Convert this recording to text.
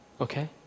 okay